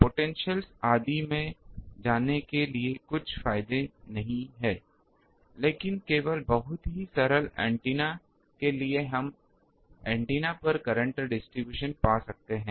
potentials आदि में जाने के लिए कुछ फायदे हैं लेकिन केवल बहुत ही सरल ऐन्टेना के लिए हम एंटीना पर करंट वितरण पा सकते हैं